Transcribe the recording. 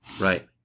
right